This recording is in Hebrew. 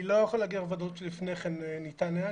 אני לא יכול להגיד לך בוודאות שלפני כן ניתן היה,